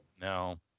no